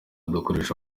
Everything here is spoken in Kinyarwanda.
dukoresha